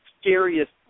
scariest